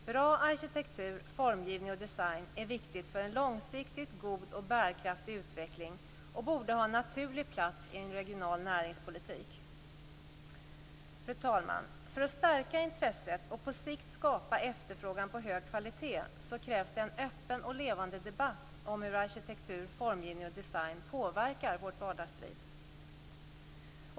Bra arkitektur, formgivning och design är viktigt för en långsiktig god och bärkraftig utveckling och borde ha en naturlig plats i en regional näringspolitik. Fru talman! För att stärka intresset och på sikt skapa efterfrågan på hög kvalitet krävs en öppen och levande debatt om hur arkitektur, formgivning och design påverkar vårt vardagsliv.